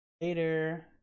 Later